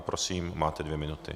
Prosím, máte dvě minuty.